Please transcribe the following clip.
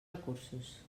recursos